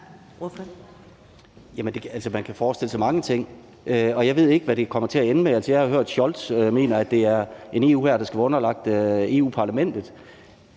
Man kan forestille sig mange ting, og jeg ved ikke, hvad det kommer til at ende med. Altså, jeg har hørt, at Scholz mener, at det er en EU-hær, der skal være underlagt Europa-Parlamentet.